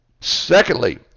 Secondly